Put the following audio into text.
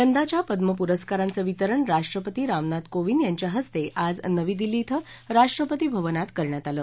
यंदाच्या पद्म प्रस्कारांचं वितरण राष्ट्रपती रामनाथ कोविंद यांच्या हस्ते आज नवी दिल्ली क्षें राष्ट्रपती भवनात करण्यात आलं